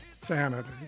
sanity